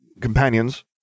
companions